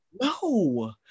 no